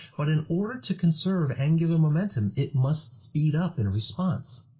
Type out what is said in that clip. but in order to conserve angular momentum, it must speed up in response.